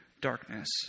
darkness